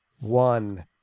one